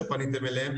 שפניתם אליהם,